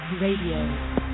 Radio